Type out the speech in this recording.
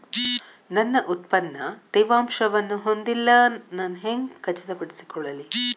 ನನ್ನ ಉತ್ಪನ್ನ ತೇವಾಂಶವನ್ನು ಹೊಂದಿಲ್ಲಾ ನಾನು ಹೆಂಗ್ ಖಚಿತಪಡಿಸಿಕೊಳ್ಳಲಿ?